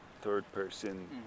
third-person